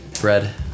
Bread